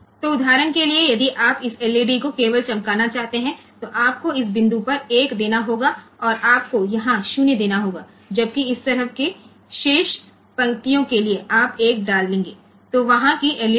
તેથી ઉદાહરણ તરીકે કહો કે જો આપણે ફક્ત આ LED ગ્લો કરવા માંગતા હોઈએ તો આપણે આ બિંદુએ આપણે 1 આપવું પડશે અને આપણે અહીં 0 આપવું પડશે અને અહીં આ બાજુ બાકીની લાઇન્સ માટે આપણે 1 મૂકવું પડશે